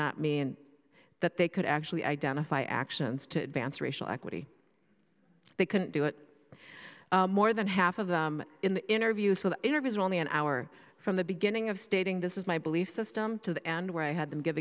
not mean that they could actually identify actions to advance racial equity they couldn't do it more than half of them in the interview so the interviews were only an hour from the beginning of stating this is my belief system to the end where i had them give